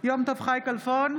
יום טוב חי כלפון,